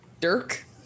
Dirk